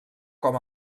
com